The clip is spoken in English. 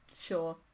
Sure